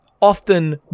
often